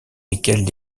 lesquelles